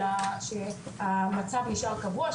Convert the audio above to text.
אלא שהמצב נשאר קבוע,